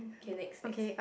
okay next next